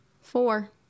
Four